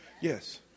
Yes